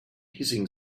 hissing